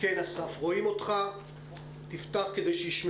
אני לא יודעת אם הוא ישב או לא ישב